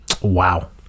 Wow